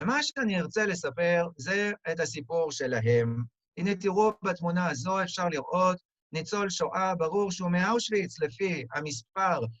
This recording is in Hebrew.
ומה שאני ארצה לספר זה את הסיפור שלהם. הנה, תראו בתמונה הזו, אפשר לראות ניצול שואה ברור שהוא מאושוויץ לפי המספר.